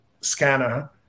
scanner